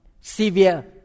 severe